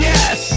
Yes